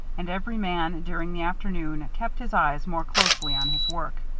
and every man, during the afternoon, kept his eyes more closely on his work.